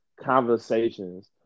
conversations